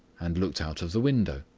and looked out of the window.